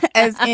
as